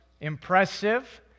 impressive